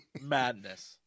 Madness